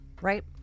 right